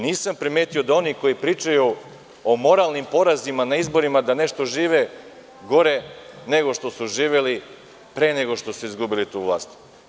Nisam primetio da oni koji pričaju o moralnim porazima na izborima, da nešto žive gore nego što su živeli pre nego što su izgubili tu vlast.